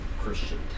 Christian